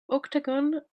octagon